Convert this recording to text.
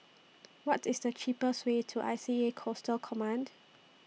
What IS The cheapest Way to I C A Coastal Command